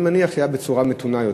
אני מניח שהיה בצורה מתונה יותר.